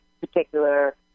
particular